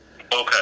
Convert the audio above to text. Okay